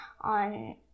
on